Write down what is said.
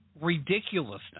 ridiculousness